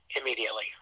immediately